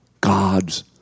God's